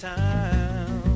time